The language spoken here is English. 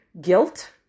guilt